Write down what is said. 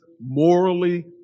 morally